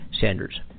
Sanders